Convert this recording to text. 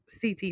CT